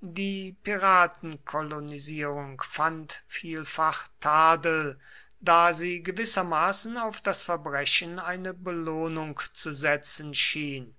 die piratenkolonisierung fand vielfachen tadel da sie gewissermaßen auf das verbrechen eine belohnung zu setzen schien